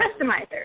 customizer